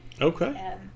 okay